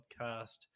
podcast